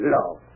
Love